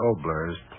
Obler's